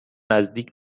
نزدیک